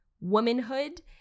womanhood